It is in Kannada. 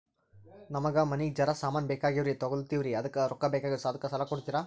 ನಮಗ ಮನಿಗಿ ಜರ ಸಾಮಾನ ಬೇಕಾಗ್ಯಾವ್ರೀ ತೊಗೊಲತ್ತೀವ್ರಿ ಅದಕ್ಕ ರೊಕ್ಕ ಬೆಕಾಗ್ಯಾವ ಅದಕ್ಕ ಸಾಲ ಕೊಡ್ತಾರ?